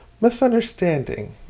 misunderstanding